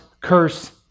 curse